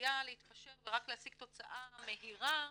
והנטייה להתפשר ורק להשיג תוצאה מהירה,